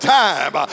time